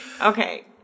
Okay